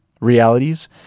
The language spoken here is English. realities